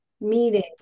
meeting